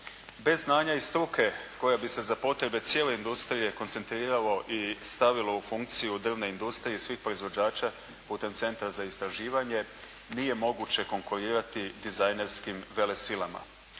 Bez znanja i struke koja bi se za potrebe cijele industrije koncentriralo i stavilo u funkciju drvne industrije svih proizvođača putem centra za istraživanje nije moguće konkurirati dizajnerskim velesilama.